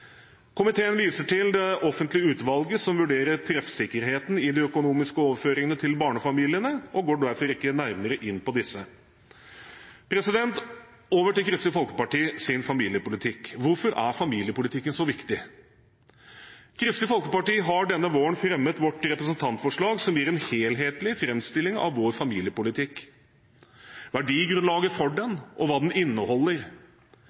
Komiteen viser til det offentlige utvalget som vurderer treffsikkerheten i de økonomiske overføringene til barnefamiliene, og går derfor ikke nærmere inn på disse. Over til Kristelig Folkepartis familiepolitikk: Hvorfor er familiepolitikken så viktig? Kristelig Folkeparti har denne våren fremmet vårt representantforslag som gir en helhetlig framstilling av vår familiepolitikk, verdigrunnlaget for